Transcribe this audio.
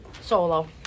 solo